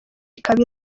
ikaba